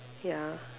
ya